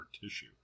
tissue